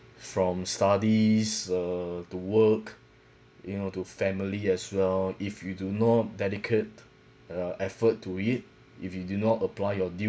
from studies err to work you know to family as well if you do not dedicate uh effort to it if you do not apply your due